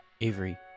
Avery